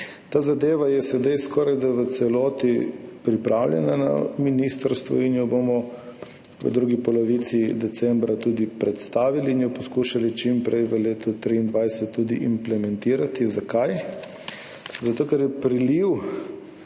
Ta zadeva je sedaj skorajda v celoti pripravljena na Ministrstvu in jo bomo v drugi polovici decembra tudi predstavili in jo poskušali čim prej v letu 2023 tudi implementirati. Zakaj? Zato ker je priliv